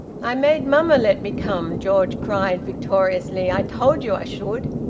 i made mamma let me come! george cried victoriously. i told you i should!